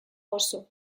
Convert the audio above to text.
oso